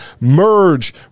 Merge